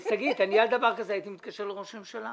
שגית, אני על דבר כזה הייתי מתקשר לראש הממשלה.